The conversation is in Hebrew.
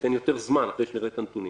ניתן יותר זמן אחרי שנראה את הנתונים.